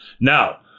Now